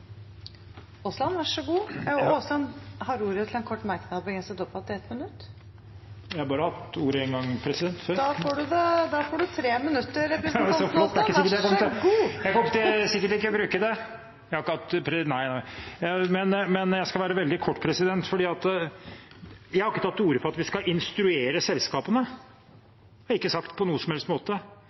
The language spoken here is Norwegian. Aasland har hatt ordet to ganger tidligere og får ordet til en kort merknad, begrenset til 1 minutt. Jeg har hatt ordet bare én gang før. Da får du 3 minutter. Så flott, jeg kommer sikkert ikke til å bruke tiden, jeg skal være veldig kort. Jeg har ikke tatt til orde for at vi skal instruere selskapene. Det har jeg ikke sagt på noen som helst måte.